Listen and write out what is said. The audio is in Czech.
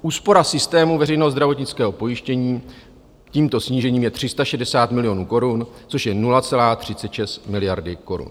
Úspora systému veřejného zdravotnického pojištění tímto snížením je 360 milionů korun, což je 0,36 miliardy korun.